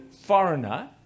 foreigner